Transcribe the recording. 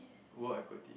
work acuity